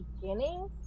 beginning